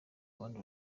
abandi